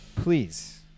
Please